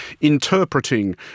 interpreting